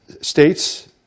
states